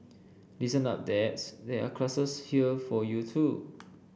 listen up dads there are classes here for you too